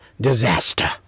Disaster